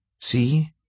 See